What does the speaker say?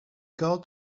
guard